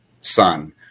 son